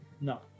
No